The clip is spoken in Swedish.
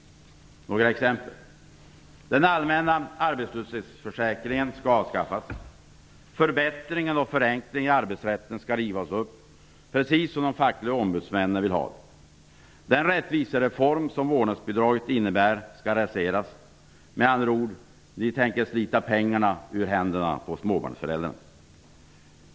Några exempel: Den allmänna arbetslöshetsförsäkringen skall avskaffas. Förbättringarna och förenklingarna i arbetsrätten skall rivas upp, precis som de fackliga ombudsmännen vill ha det. Den rättvisereform som vårdnadsbidraget innebär skall raseras. Med andra ord: Ni tänker slita pengarna ur händerna på småbarnsföräldrarna.